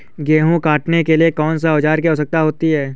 गेहूँ काटने के लिए किस औजार की आवश्यकता होती है?